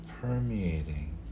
permeating